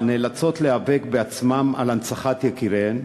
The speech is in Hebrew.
נאלצות להיאבק בעצמן על הנצחת זכר יקיריהן?